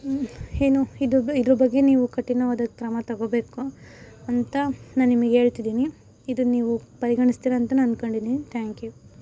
ಏನು ಇದು ಇದ್ರ ಬಗ್ಗೆ ನೀವು ಕಠಿಣವಾದ ಕ್ರಮ ತಗೋಬೇಕು ಅಂತ ನಾನು ನಿಮಗೆ ಹೇಳ್ತಿದಿನಿ ಇದನ್ನ ನೀವು ಪರಿಗಣಿಸ್ತೀರ ಅಂತ ನಾನು ಅನ್ಕೊಂಡಿದಿನಿ ಥ್ಯಾಂಕ್ ಯೂ